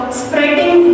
spreading